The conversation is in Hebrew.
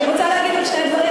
אני רוצה להגיד עוד שני דברים,